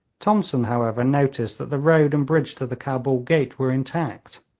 thomson, however, noticed that the road and bridge to the cabul gate were intact.